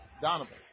Donovan